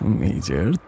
major